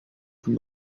from